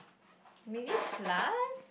maybe plus